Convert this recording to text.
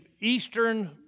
Eastern